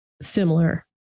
similar